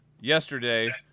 Yesterday